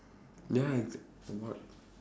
ya it's about